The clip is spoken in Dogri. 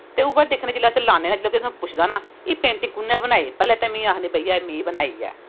ते उऐ जिसलै अस दिक्खनें अस लान्नें तां जिसलै तुसें कोई पुछदे ना एह् पेंटिंग कुन्नें बनाई पैह्लैं ते में आखनीं में बनाई ऐ